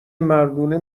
مردونه